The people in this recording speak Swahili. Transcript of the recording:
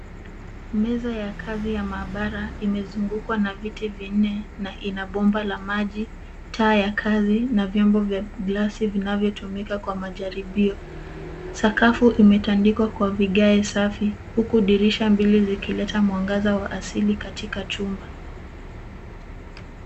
Meza ya kazi ya maabara imezungukwa na viti vinne na ina bomba la maji , taa ya kazi na vyombo vya glasi vinavyotumika kwa majaribio. Sakafu imetandikwa kwa vigae safi huku dirisha mbili zikileta mwangaza wa asili katika chumba.